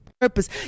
purpose